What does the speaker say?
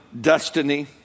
destiny